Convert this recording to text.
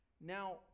Now